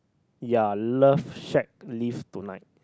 ya love shake leave tonight